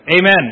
Amen